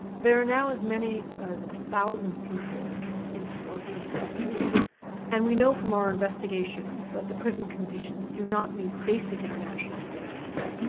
there are now as many as a thousand people in scorpion prison and we know from our investigations that prison conditions do not meet basic international standards.